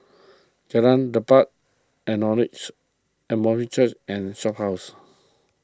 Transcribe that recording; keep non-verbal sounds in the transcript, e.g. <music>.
Jalan Lepas <unintelligible> Apostolic Church and Shophouse